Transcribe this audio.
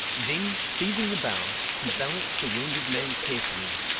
then, seizing the boughs, he balanced the wounded man carefully,